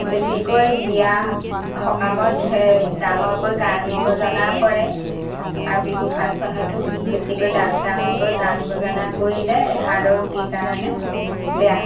বেছিকৈ বিয়া সকামত ডাঙৰকৈ গান বজনা কৰে আৰু বিহু ফাংশ্যনতো বেছিকৈ ডাঙৰকৈ গান বজানা কৰিলে হাৰ্টৰ ৰোগীৰ কাৰণে বেয়া